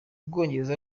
bwongereza